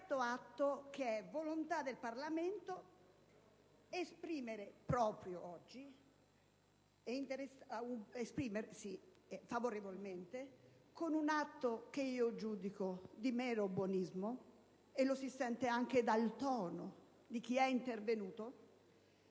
Prendo atto che è volontà del Parlamento esprimersi proprio oggi in senso favorevole rispetto ad un atto che io giudico di mero buonismo, come si evince anche dal tono di chi è intervenuto,